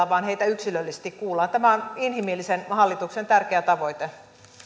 vaan heitä yksilöllisesti kuullaan tämä on inhimillisen hallituksen tärkeä tavoite